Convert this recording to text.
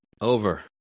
Over